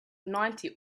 ninety